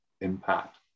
impact